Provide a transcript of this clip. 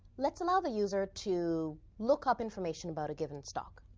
let's allow the user to look up information about a given stock.